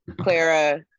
Clara